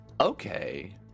okay